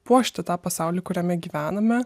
puošti tą pasaulį kuriame gyvename